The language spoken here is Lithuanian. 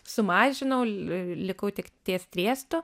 sumažinau likau tik ties triestu